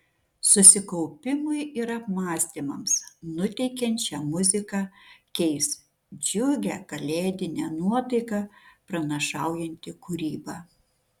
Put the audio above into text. susikaupimui ir apmąstymams nuteikiančią muziką keis džiugią kalėdinę nuotaiką pranašaujanti kūryba